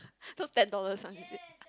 those ten dollars one is it